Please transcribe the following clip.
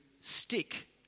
stick